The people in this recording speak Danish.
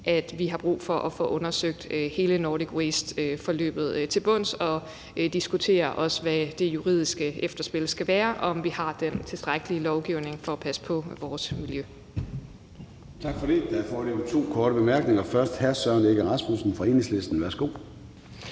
at vi har brug for at få undersøgt hele Nordic Waste-forløbet til bunds og også diskutere, hvad det juridiske efterspil skal være, og om vi har den tilstrækkelige lovgivning for at passe på vores miljø. Kl. 13:24 Formanden (Søren Gade): Tak for det. Der er foreløbig to korte bemærkninger. Først er det hr. Søren Egge Rasmussen fra Enhedslisten. Værsgo.